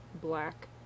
black